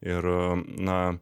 ir na